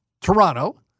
Toronto